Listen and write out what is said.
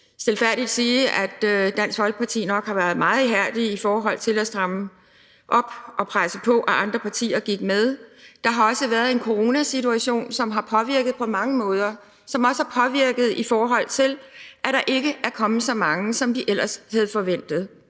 stilfærdigt sige, at Dansk Folkeparti nok har været meget ihærdige i forhold til at stramme op og få presset på, så andre partier gik med. Der har også været en coronasituation, som har påvirket på mange måder, og som også har påvirket det, i forhold til at der ikke er kommet så mange, som vi ellers havde forventet.